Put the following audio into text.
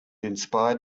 inspired